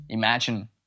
Imagine